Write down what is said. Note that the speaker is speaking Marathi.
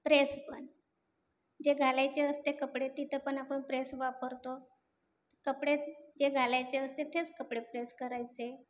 प्रेस पण जे घालायचे असते कपडे तिथं पण आपण प्रेस वापरतो कपडे जे घालायचे असते तेच कपडे प्रेस करायचे